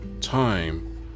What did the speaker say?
time